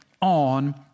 on